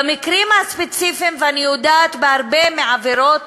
במקרים הספציפיים, ואני יודעת, בהרבה מהעבירות